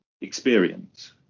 experience